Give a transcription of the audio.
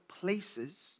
places